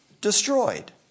destroyed